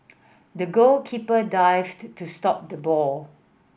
the goalkeeper dived to stop the ball